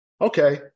okay